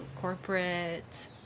corporate